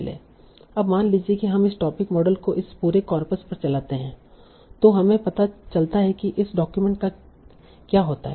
अब मान लीजिए कि हम इस टोपिक मॉडल को इस पूरे कॉर्पस पर चलाते हैं तो हमें पता चलता है कि इस डॉक्यूमेंट का क्या होता है